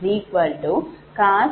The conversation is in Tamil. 5140